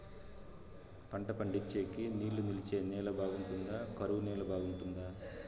పంట పండించేకి నీళ్లు నిలిచే నేల బాగుంటుందా? కరువు నేల బాగుంటుందా?